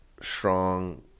strong